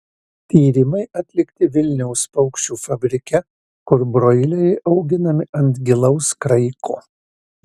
tyrimai atlikti vilniaus paukščių fabrike kur broileriai auginami ant gilaus kraiko